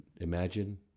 imagine